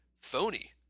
phony